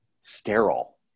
sterile